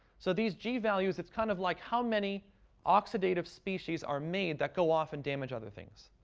so, these g-values, it's kind of like how many oxidative species are made that go off and damage other things?